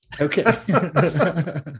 okay